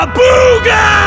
booga